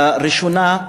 הראשונה,